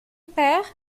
père